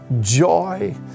joy